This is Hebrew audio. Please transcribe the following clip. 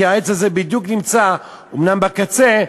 כי העץ הזה אומנם נמצא בדיוק בקצה,